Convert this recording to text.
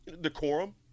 decorum